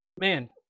Man